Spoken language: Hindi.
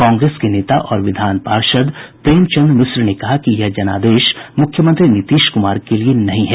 कांग्रेस के नेता और विधान पार्षद प्रेम चंद्र मिश्र ने कहा है कि यह जनादेश मुख्यमंत्री नीतीश कुमार के लिए नहीं है